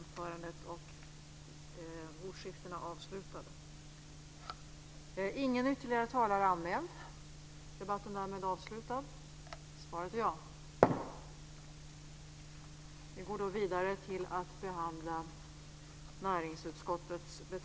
Men jag vill återkomma till hur det ska gå till och på vilket sätt man i så fall ska göra.